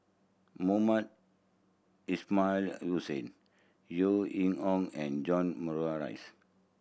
Mohamed Ismail Hussain Yeo Ing Hong and John Morrice